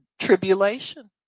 tribulation